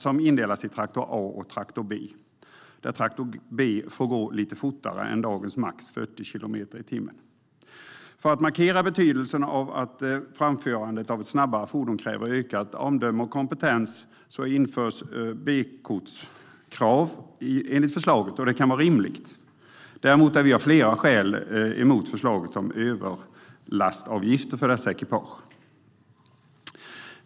De indelas i traktor a och traktor b. Traktor b får gå lite fortare än dagens max 40 kilometer i timmen. För att markera betydelsen av att framförandet av ett snabbare fordon kräver ökat omdöme och kompetens införs B-kortskrav enligt förslaget. Det kan vara rimligt. Däremot är vi av flera skäl emot förslaget att införa överlastavgift för dessa ekipage.